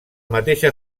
mateixa